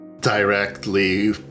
directly